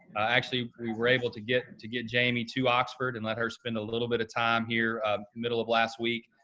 actually, we were able to get to get jamie to oxford and let her spend a little bit of time here middle of last week.